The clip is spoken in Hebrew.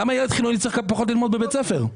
למה ילד חילוני צריך ללמוד פחות בבית הספר?